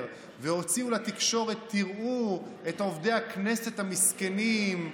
והוציאו לתקשורת: תראו את עובדי הכנסת המסכנים,